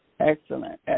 Excellent